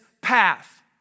path